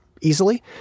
easily